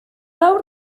awr